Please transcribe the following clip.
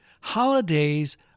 Holidays